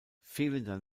fehlender